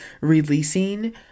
releasing